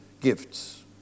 gifts